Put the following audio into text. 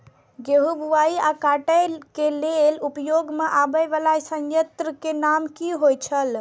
गेहूं बुआई आ काटय केय लेल उपयोग में आबेय वाला संयंत्र के नाम की होय छल?